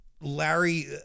Larry